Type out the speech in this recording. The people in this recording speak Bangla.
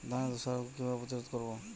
ধানে ধ্বসা রোগ কিভাবে প্রতিরোধ করব?